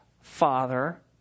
father